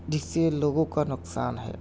جس سے لوگوں کا نقصان ہے